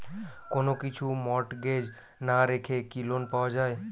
কোন কিছু মর্টগেজ না রেখে কি লোন পাওয়া য়ায়?